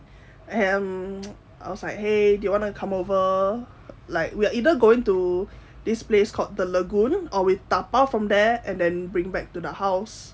and I was like !hey! do you wanna come over like we're either going to this place called the lagoon or we dabao from there and then bring back to the house